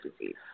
disease